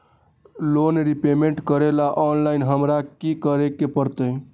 Loan repayment करेला online हमरा की करे के परतई?